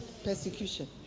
Persecution